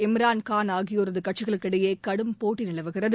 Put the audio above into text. இம்ராள் காள் ஆகியோரதுகட்சிகளுக்கிடையேகடும் போட்டிநிலவுகிறது